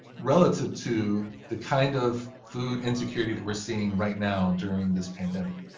relative to the kind of food insecurity that we're seeing right now during this pandemic.